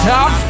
Top